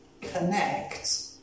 connect